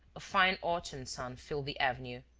a fine autumn sun filled the avenue.